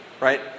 right